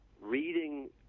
reading